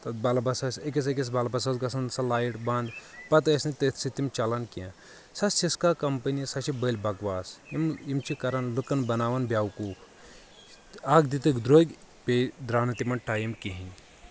بلبس ٲس أکِس أکِس بلبس ٲس گژھان سۄ لایٹ بنٛد پتہٕ ٲسۍ نہٕ تٔتھۍ سۭتۍ تِم چلان کینٛہہ سۄ سسکا کمپٔنی سۄ چھِ بٔلۍ بکواس یِم یِم چھِ کران لُکن بناوان بے وقوف اکھ دِتکھ درٛوٚگۍ بییٚہِ دراو نہٕ تِمن ٹایِم کہینۍ